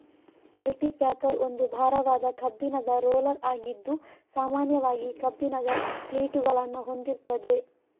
culti packer ಒಂದು ಭಾರವಾದ ಕಬ್ಬಿಣದ ರೋಲರ್ ಆಗಿದ್ದು ಸಾಮಾನ್ಯವಾಗಿ ಕಬ್ಬಿಣದ ಕ್ಲೀಟುಗಳನ್ನ ಹೊಂದಿರ್ತದೆ